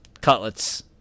Cutlets